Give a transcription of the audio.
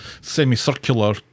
semicircular